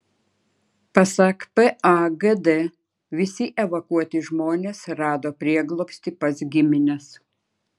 pasak pagd visi evakuoti žmonės rado prieglobstį pas gimines